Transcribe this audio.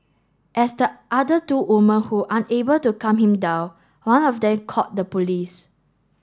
as the other two women who unable to calm him down one of them called the police